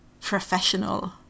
professional